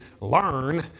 learn